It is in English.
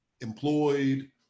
employed